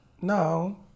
No